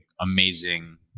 amazing